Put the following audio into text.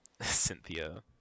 Cynthia